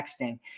texting